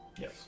yes